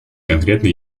конкретно